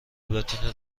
بتونی